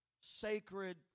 sacred